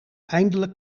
eindelijk